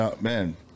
man